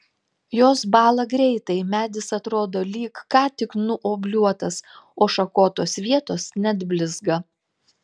jos bąla greitai medis atrodo lyg ką tik nuobliuotas o šakotos vietos net blizga